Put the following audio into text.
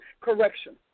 correction